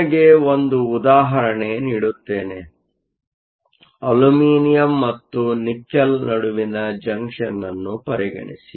ನಿಮಗೆ ಒಂದು ಉದಾಹರಣೆ ನಿಡುತ್ತೇನೆ ಅಲ್ಯೂಮಿನಿಯಂ ಮತ್ತು ನಿಕಲ್ ನಡುವಿನ ಜಂಕ್ಷನ್ ಅನ್ನು ಪರಿಗಣಿಸಿ